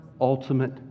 ultimate